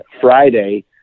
Friday